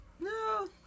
no